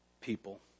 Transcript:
people